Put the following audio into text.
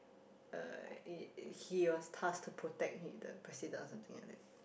uh he he was tasked to protect he the President or something like that